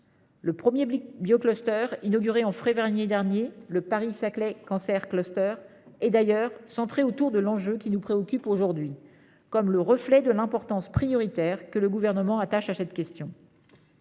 Le premier biocluster, inauguré au mois de février dernier, le Paris-Saclay Cancer Cluster, est d'ailleurs centré autour de l'enjeu qui nous préoccupe aujourd'hui, comme le reflet de l'importance prioritaire que le Gouvernement attache à cette question.